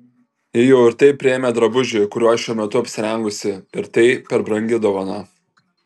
ji jau ir taip priėmė drabužį kuriuo šiuo metu apsirengusi ir tai per brangi dovana